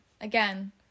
again